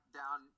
down